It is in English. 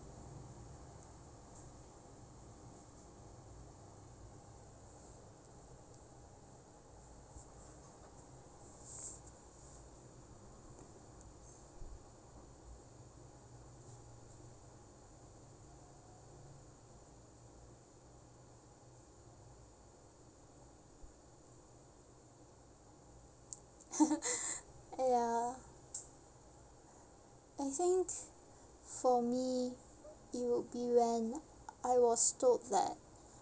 ah ya I think for me it would be when I was told that